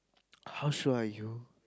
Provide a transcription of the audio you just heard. how sure are you